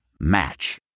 Match